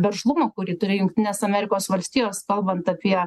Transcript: veržlumo kurį turi jungtinės amerikos valstijos kalbant apie